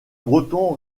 breton